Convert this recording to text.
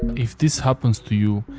if this happens to you.